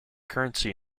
currency